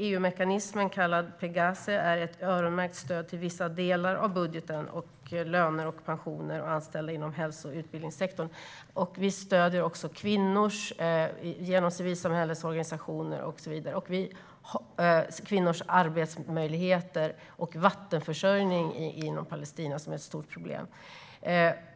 EU-mekanismen Pegase är ett öronmärkt stöd till vissa delar av budgeten såsom löner och pensioner och till anställda inom hälso och utbildningssektorn. Vi stöder också kvinnor genom civilsamhällets organisationer och så vidare, kvinnors arbetsmöjligheter och vattenförsörjning i Palestina, som är ett stort problem.